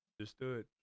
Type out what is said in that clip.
Understood